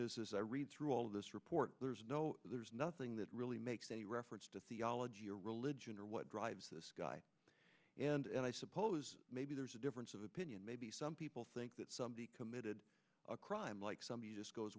is as i read through all of this report there's no there's nothing that really makes a reference to theology or religion or what drives this guy and i suppose maybe there's a difference of opinion maybe some people think that somebody committed a crime like somebody just goes